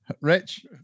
Rich